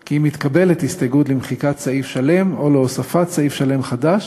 כי אם מתקבלת הסתייגות למחיקת סעיף שלם או להוספת סעיף שלם חדש,